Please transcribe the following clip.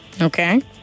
Okay